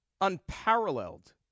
unparalleled